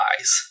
eyes